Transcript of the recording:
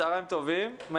צוהריים טובים,